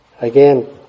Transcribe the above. again